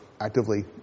actively